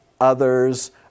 others